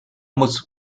muss